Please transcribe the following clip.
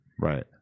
Right